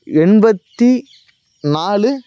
எண்பத்தி நாலு